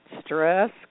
stress